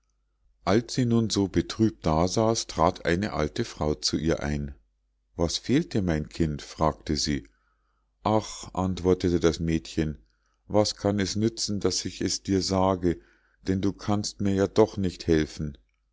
als sie nun so betrübt da saß trat eine alte frau zu ihr ein was fehlt dir mein kind fragte sie ach antwortete das mädchen was kann es nützen daß ich es dir sage denn du kannst mir ja doch nicht helfen